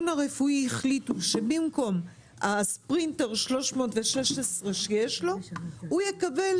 הרפואי החליטו שבמקום הספרינטר 316 שיש לו הוא יקבל